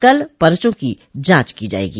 कल पर्चो की जांच की जायेगी